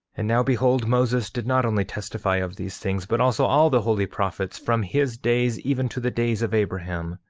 and now behold, moses did not only testify of these things, but also all the holy prophets, from his days even to the days of abraham.